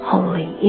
Holy